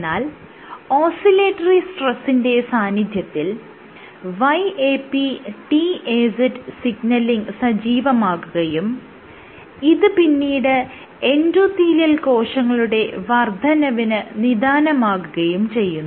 എന്നാൽ ഓസ്സിലേറ്ററി സ്ട്രെസ്സിന്റെ സാന്നിധ്യത്തിൽ YAPTAZ സിഗ്നലിങ് സജ്ജീവാകുകയും ഇത് പിന്നീട് എൻഡോത്തീലിയൽ കോശങ്ങളുടെ വർദ്ധനവിന് നിദാനമാകുകയും ചെയ്യുന്നു